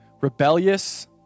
rebellious